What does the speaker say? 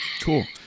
Cool